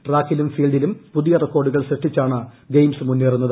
ട്രാക്കിലും ഫീൽഡിലും പുതിയ റെക്കോർഡുകൾ സൃഷ്ടിച്ചാണ് ഗെയിംസ് മുന്നേറുന്നത്